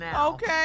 Okay